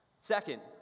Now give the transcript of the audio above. Second